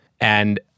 And-